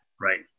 Right